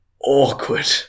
awkward